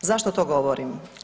Zašto to govorim?